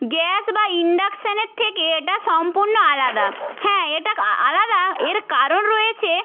gas বা ইন্ডাকশানের থেকে এটা সম্পূর্ণ আলাদা হ্যাঁ এটা কা আআলাদা এর কারণ রয়েছে